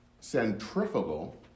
Centrifugal